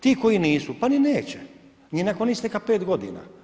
Ti koji nisu pa ni neće ni nakon isteka pet godina.